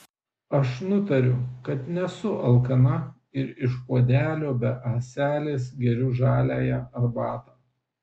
aš nutariu kad nesu alkana ir iš puodelio be ąselės geriu žaliąją arbatą